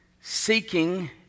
seeking